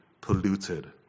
polluted